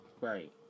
Right